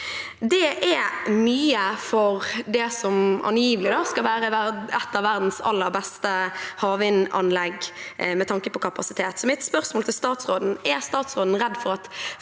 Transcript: Det er mye for det som angivelig skal være et av verdens aller beste havvindanlegg, med tanke på kapasitet. Mitt spørsmål til statsråden er: Er statsråden redd for at